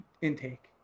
intake